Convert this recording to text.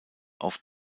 auf